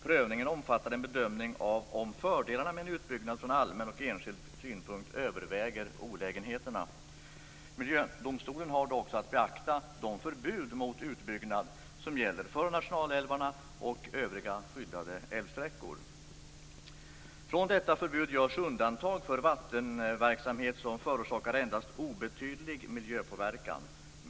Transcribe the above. Prövningen omfattar en bedömning av huruvida fördelarna med en utbyggnad från allmän och enskild synpunkt överväger olägenheterna. Miljödomstolen har då också att beakta de förbud mot utbyggnad som gäller för nationalälvarna och för övriga skyddade älvsträckor. Från detta förbud görs undantag för vattenverksamhet som förorsakar endast obetydlig miljöpåverkan.